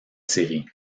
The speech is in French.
série